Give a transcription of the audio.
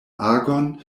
agon